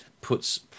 puts